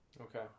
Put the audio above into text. Okay